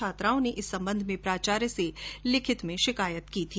छात्राओं ने इस संबंध में प्राचार्य से लिखित शिकायत की थी